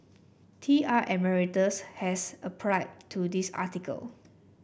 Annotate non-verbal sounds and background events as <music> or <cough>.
T R Emeritus has <unintelligible> to this article